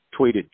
tweeted